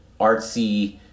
artsy